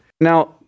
Now